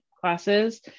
classes